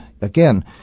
Again